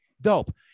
Dope